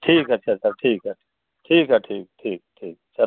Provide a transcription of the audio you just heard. ठीक है अच्छा सर ठीक है ठीक है ठीक ठीक ठीक सर